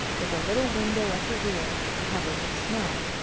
with a little window at the rear, covered with snow.